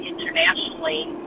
internationally